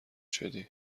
شدی